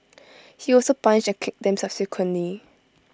he also punched and kicked them subsequently